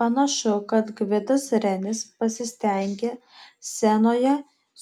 panašu kad gvidas renis pasistengė scenoje